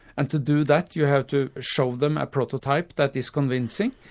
and to do that you have to show them a prototype that is convincing.